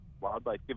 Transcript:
wildlife